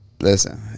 listen